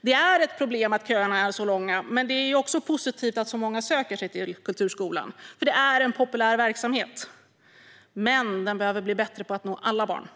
Det är ett problem att köerna är så långa. Men det är också positivt att så många söker sig till kulturskolan, för det är en populär verksamhet. Men den behöver bli bättre på att nå alla barn.